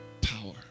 power